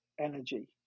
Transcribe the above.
energy